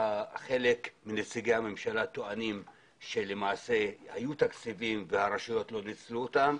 חלק מנציגי הממשלה טוענים שלמעשה היו תקציבים והרשויות לא ניצלו אותם.